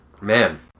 Man